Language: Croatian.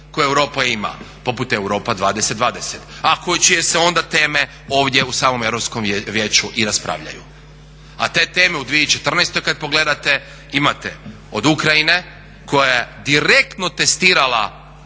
koje Europa ima, poput Europa 20-20, a čije se onda teme ovdje u samom Europskom vijeću i raspravljaju. A te teme u 2014.kada pogledate imate od Ukrajine koja je direktno testirala